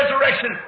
resurrection